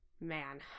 man